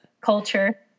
culture